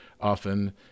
often